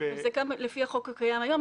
זה לפי החוק הקיים היום,